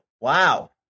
Wow